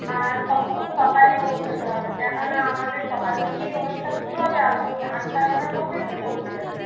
আর খুব সকালেই পৌঁছতে হবে কেননা আমাদের সকাল থেকেই অনুষ্ঠান শুরু হবে আপনি আটটা নটার মধ্যে এসে পৌঁছে যাবেন